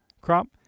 crop